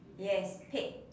yes paid